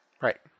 Right